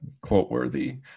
quote-worthy